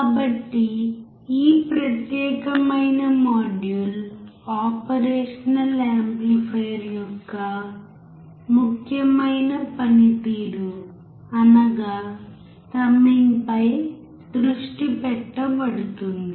కాబట్టి ఈ ప్రత్యేకమైన మాడ్యూల్ ఆపరేషనల్ యాంప్లిఫైయర్ యొక్క ముఖ్యమైన పనితీరు అనగా సమ్మింగ్ పై దృష్టి పెట్టబడుతుంది